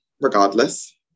regardless